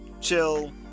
chill